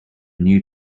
new